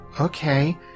Okay